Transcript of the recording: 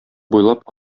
буйлап